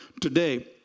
today